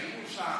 שהיינו שם,